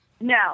No